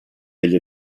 degli